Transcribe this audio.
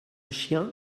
chien